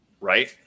Right